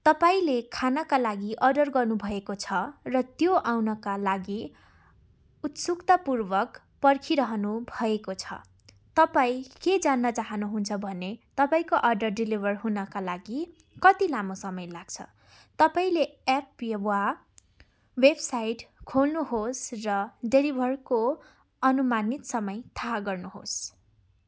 तपाईँले खानाका लागि अर्डर गर्नुभएको छ र त्यो आउनका लागि उत्सुकतापूर्वक पर्खिरहनुभएको छ तपाईँ के जान्न चाहनुहुन्छ भने तपाईँको अर्डर डेलिभर हुनका लागि कति लामो समय लाग्छ तपाईँले एप पे वा वेबसाइट खोल्नुहोस् र डेलिभरको अनुमानित समय थाहा गर्नुहोस्